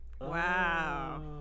Wow